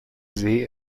see